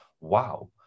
wow